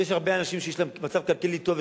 יש הרבה אנשים שיש להם מצב כלכלי טוב,